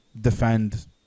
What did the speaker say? defend